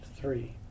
three